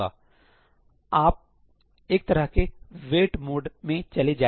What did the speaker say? आप 1 तरह के वेटमोड में चले जाएंगे